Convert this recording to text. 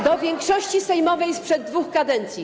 do większości sejmowej sprzed dwóch kadencji.